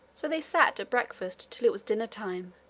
so they sat at breakfast till it was dinner-time,